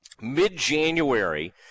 Mid-January